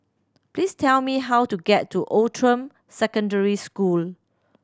please tell me how to get to Outram Secondary School